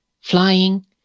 flying